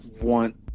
want